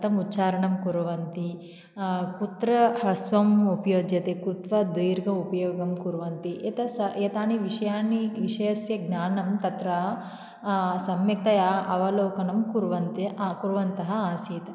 कथम् उच्चारणं कुर्वन्ति कुत्र ह्रस्वम् उपयुज्यते कुत्र दीर्घ उपयोगं कुर्वन्ति एतस्य एतानि विषयानि विषयस्य ज्ञानं तत्र सम्यक्तया अवलोकनं कुर्वन्त कुर्वन्तः आसीत्